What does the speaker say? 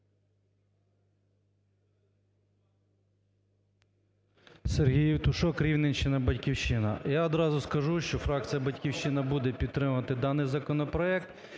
Сергій Євтушок, Рівненщина, "Батьківщина". Я одразу скажу, що фракція "Батьківщина" буде підтримувати даний законопроект.